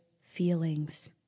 feelings